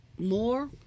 more